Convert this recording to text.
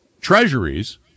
treasuries